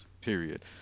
period